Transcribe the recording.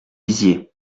lisiez